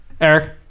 Eric